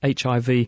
HIV